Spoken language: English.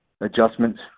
adjustments